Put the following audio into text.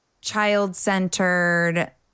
child-centered